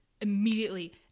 immediately